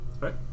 Right